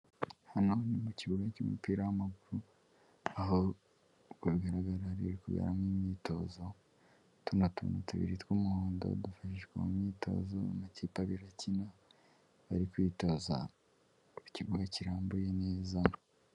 Hano ni mu kibuga cy'umupira w'amaguru aho bagaragara ko hari kuberamo imyitozo utuntu tubiri tw'umuhondo dufashishwa mu myitozo mu makipe abiri ari gukina bari kwitoza ku kibuga kirambuye neza.